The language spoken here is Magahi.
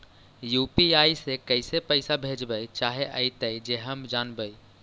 यु.पी.आई से कैसे पैसा भेजबय चाहें अइतय जे हम जानबय?